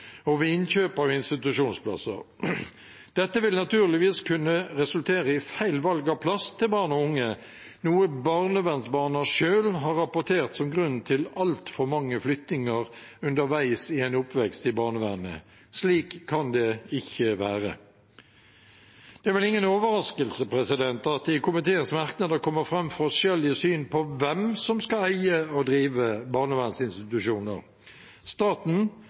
og ved innkjøp av institusjonsplasser. Dette vil naturligvis kunne resultere i feil valg av plass til barn og unge, noe barnevernsbarna selv har rapport som grunn til altfor mange flyttinger underveis i en oppvekst i barnevernet. Slik kan det ikke være. Det er vel ingen overraskelse at det i komiteens merknader kommer fram forskjellig syn på hvem som skal eie og drive barnevernsinstitusjoner – staten,